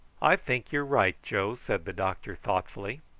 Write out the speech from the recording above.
i think you are right, joe, said the doctor thoughtfully.